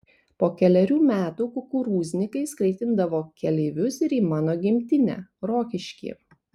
po kelerių metų kukurūznikai skraidindavo keleivius ir į mano gimtinę rokiškį